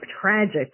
tragic